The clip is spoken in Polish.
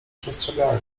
przestrzegałem